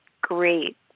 great